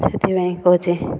ସେଥିପାଇଁ କହୁଛି